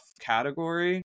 category